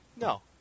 No